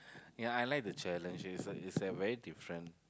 ya I like the challenge it's a it's a very different